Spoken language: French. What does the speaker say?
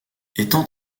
étant